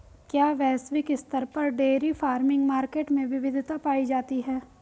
क्या वैश्विक स्तर पर डेयरी फार्मिंग मार्केट में विविधता पाई जाती है?